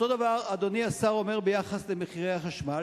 אותו דבר אדוני השר אומר ביחס למחירי החשמל,